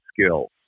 skills